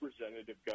representative